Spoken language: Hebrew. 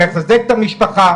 אני מחזק את המשפחה.